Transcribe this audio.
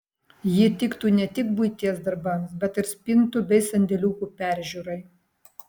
ji tiktų ne tik buities darbams bet ir spintų bei sandėliukų peržiūrai